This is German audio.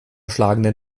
schlagenden